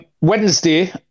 Wednesday